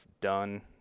done